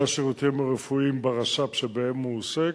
השירותים הרפואיים ברשות הפלסטינית שבהם הוא עוסק,